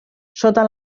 sota